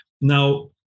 Now